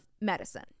medicine